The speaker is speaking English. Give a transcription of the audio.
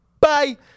Bye